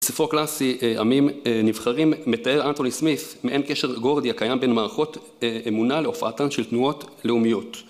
ספרו קלאסי עמים נבחרים מתאר אנטוני סמיף מעין קשר גורדי הקיים בין מערכות אמונה להופעתן של תנועות לאומיות